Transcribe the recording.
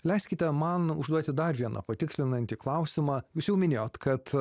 leiskite man užduoti dar vieną patikslinantį klausimą jūs jau minėjot kad